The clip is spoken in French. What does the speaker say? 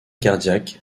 cardiaque